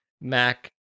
Mac